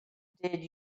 did